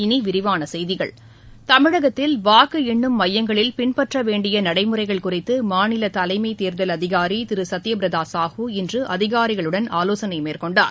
இனி விரிவான செய்திகள் தமிழகத்தில் வாக்கு என்னும் மையங்களில் பின்பற்ற வேண்டிய நடைமுறைகள் குறித்து மாநில தலைமை தேர்தல் அதிகாரி திரு சத்ய பிரதா சாஹூ இன்று அதிகாரிகளுடன் ஆலோசனை மேற்கொண்டார்